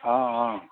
অঁ অঁ